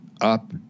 up